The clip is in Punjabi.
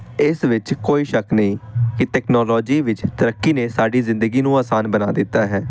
ਇਸ ਵਿੱਚ ਕੋਈ ਸ਼ੱਕ ਨਹੀਂ ਕਿ ਤੈਕਨੋਲੋਜੀ ਵਿੱਚ ਤਰੱਕੀ ਨੇ ਸਾਡੀ ਜ਼ਿੰਦਗੀ ਨੂੰ ਆਸਾਨ ਬਣਾ ਦਿੱਤਾ ਹੈ